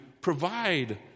provide